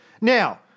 Now